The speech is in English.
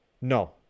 No